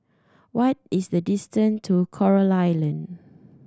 what is the distant to Coral Island